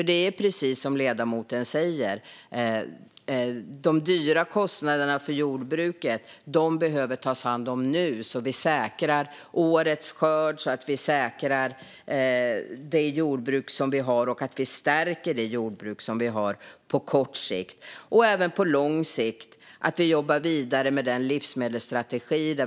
Det är precis som ledamoten säger: De höga kostnaderna för jordbruket behöver tas hand om nu, så att vi säkrar årets skörd, stärker det jordbruk som vi har och stärker det jordbruk som vi har på kort sikt. På lång sikt jobbar vi vidare med livsmedelsstrategin.